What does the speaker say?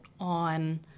on